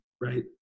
right